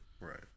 Right